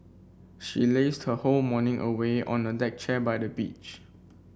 she lazed her whole morning away on a deck chair by the beach